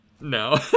No